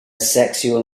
sexual